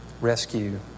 Rescue